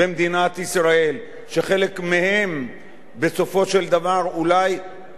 שחלק מהם בסופו של דבר אולי תורמים לתופעה הזאת,